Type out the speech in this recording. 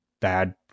bad